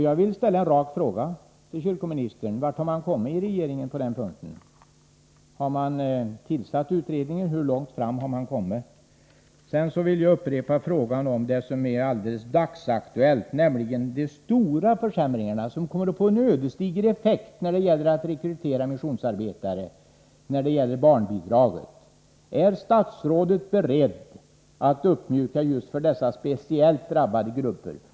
Jag vill ställa en rak fråga till kyrkoministern: Vart har regeringen kommit på den punkten — har man tillsatt någon utredning, och hur långt har denna i så fall kommit? Slutligen vill jag återkomma till den fråga som är alldeles dagsaktuell, nämligen de stora försämringarna när det gäller barnbidragen, som kommer att få en ödesdiger effekt på rekryteringen av missionsarbetare. Är statsrådet beredd att uppmjuka bestämmelserna just för dessa speciellt drabbade grupper?